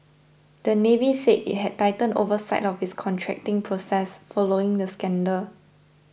the Navy said it has tightened oversight of its contracting process following the scandal